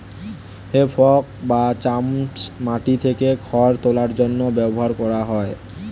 হে fork বা চামচ মাটি থেকে খড় তোলার জন্য ব্যবহার করা হয়